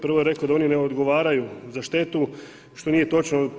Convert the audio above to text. Prvo je rekao da oni ne odgovaraju za štetu što nije točno.